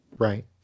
Right